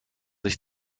sich